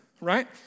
right